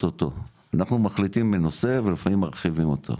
אותו אנחנו מחליטים בנושא ולפעמים מרחיבים אותו.